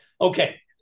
Okay